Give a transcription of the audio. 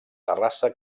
terrassa